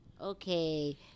Okay